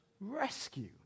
rescue